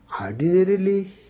Ordinarily